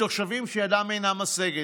תושבים שידם אינה משגת.